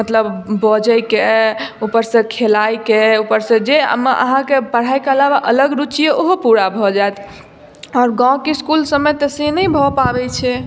मतलब बजयके उपरसँ खेलायके उपरसँ जे अहाँके पढ़ाइके अलावा अलग रूचि यऽ उहो पूरा भऽ जाइत आओर गाँवके इसकुल सबमे तऽ से नहि भऽ पाबय छै